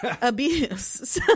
abuse